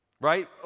right